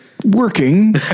working